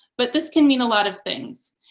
but this can mean a lot of things.